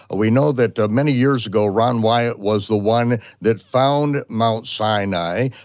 ah we know that many years ago, ron wyatt was the one that found mount sinai,